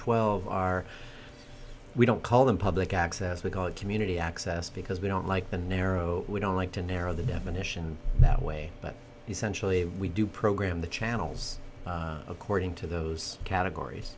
twelve are we don't call them public access we call it community access because we don't like the narrow we don't like to narrow the definition that way but essentially we do program the channels according to those categories